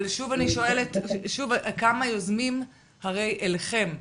כמה יוזמים אליכם?